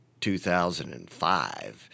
2005